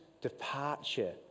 departure